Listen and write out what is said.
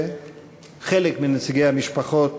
נציגי המשפחות